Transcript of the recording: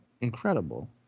incredible